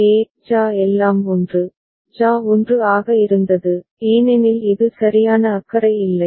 ஏ JA எல்லாம் 1 JA 1 ஆக இருந்தது ஏனெனில் இது சரியான அக்கறை இல்லை